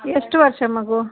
ಎಷ್ಟು ವರ್ಷ ಮಗು